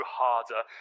harder